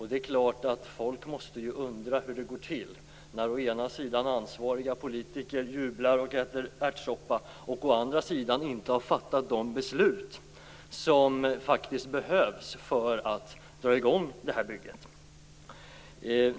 Det är klart att folk måste undra hur det går till när å ena sidan ansvariga politiker jublar och äter ärtsoppa, å andra sidan inte har fattat de beslut som faktiskt behövs för att dra i gång det här bygget.